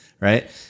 Right